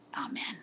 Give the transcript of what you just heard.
Amen